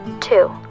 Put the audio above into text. two